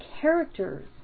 characters